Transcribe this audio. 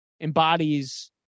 embodies